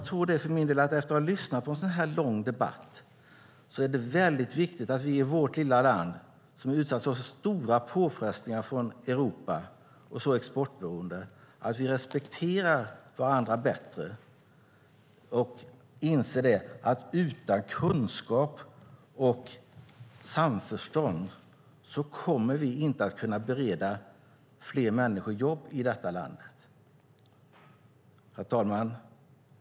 Efter att ha lyssnat på en så här lång debatt vill jag säga att det är väldigt viktigt att vi i vårt lilla land - som är utsatt för så stora påfrestningar från Europa och är så exportberoende - respekterar varandra bättre och inser att vi utan kunskap och samförstånd inte kommer att kunna bereda fler människor jobb i detta land. Herr talman!